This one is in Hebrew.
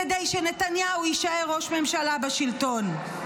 כדי שנתניהו יישאר ראש ממשלה בשלטון.